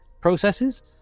processes